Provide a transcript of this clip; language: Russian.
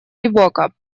ибока